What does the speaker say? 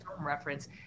reference